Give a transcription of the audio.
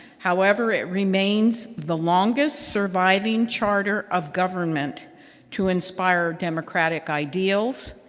however, it remains the longest surviving charter of government to inspire democratic ideals,